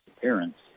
Parents